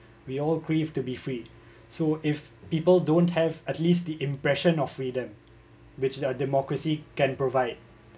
we all crave to be free so if people don't have at least the impression of freedom which the democracy can provide